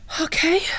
Okay